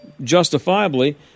justifiably